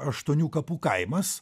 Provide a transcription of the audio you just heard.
aštuonių kapų kaimas